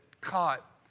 caught